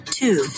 two